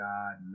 God